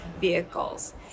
vehicles